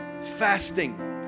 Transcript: fasting